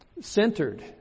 centered